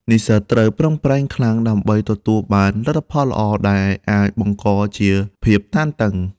និស្សិតត្រូវប្រឹងប្រែងខ្លាំងដើម្បីទទួលបានលទ្ធផលល្អ ដែលអាចបង្កជាភាពតានតឹង។